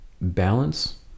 balance